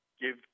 give